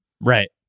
Right